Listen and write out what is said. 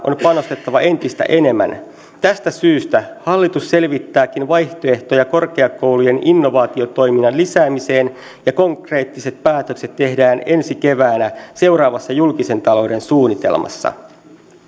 on panostettava entistä enemmän tästä syystä hallitus selvittääkin vaihtoehtoja korkeakoulujen innovaatiotoiminnan lisäämiseen ja konkreettiset päätökset tehdään ensi keväänä seuraavassa julkisen talouden suunnitelmassa